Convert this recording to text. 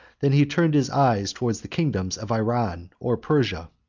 than he turned his eyes towards the kingdoms of iran or persia.